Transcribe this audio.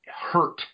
hurt